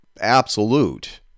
absolute